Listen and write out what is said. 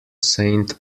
saint